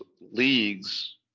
leagues